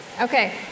Okay